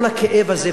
כל הכאב הזה.